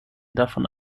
davon